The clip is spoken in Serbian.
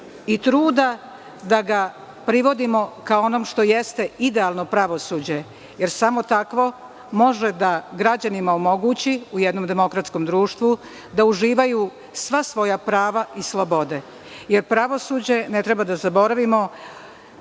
i truda da ga privodimo ka onom što jeste idealno pravosuđe, jer samo takvo može da građanima omogući, u jednom demokratskom društvu, da uživaju sva svoja prava i slobode. Jer, pravosuđe, ne treba da zaboravimo,